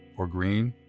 or green?